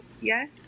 yes